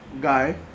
guy